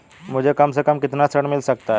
मुझे कम से कम कितना ऋण मिल सकता है?